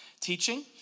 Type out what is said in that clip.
teaching